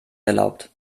erlaubt